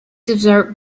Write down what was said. desert